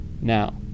Now